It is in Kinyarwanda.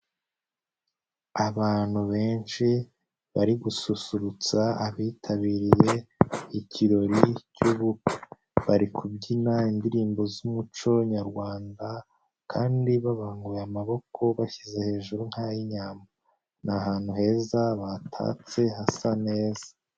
Abantu benshi bari gususurutsa abitabiriye ikirori cy'ubukwe, bari kubyina indirimbo z'umuco nyarwanda kandi babanguye amaboko bashyize hejuru nk'ay'inyambo, ni ahantu heza batatse hasa neza.